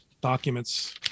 documents